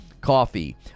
coffee